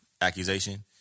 accusation